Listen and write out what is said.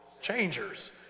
changers